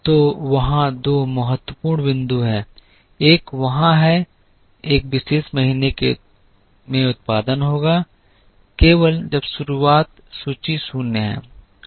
तो वहाँ दो महत्वपूर्ण बिंदु हैं एक वहाँ है एक विशेष महीने में उत्पादन होगा केवल जब शुरुआत सूची शून्य है